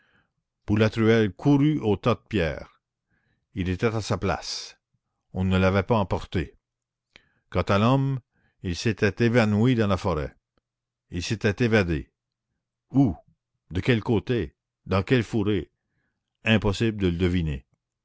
boulatruelle courut au tas de pierres il était à sa place on ne l'avait pas emporté quant à l'homme il s'était évanoui dans la forêt il s'était évadé où de quel côté dans quel fourré impossible de le deviner